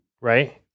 Right